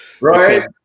right